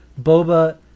Boba